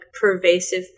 pervasive